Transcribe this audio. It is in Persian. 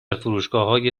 فروشگاههای